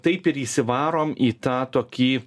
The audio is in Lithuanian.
taip ir įsivarome į tą tokį